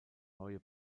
neue